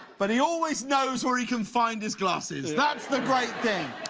but he always knows where he can find his glasses. that's the great thing.